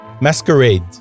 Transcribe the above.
Masquerade